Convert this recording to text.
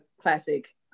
Classic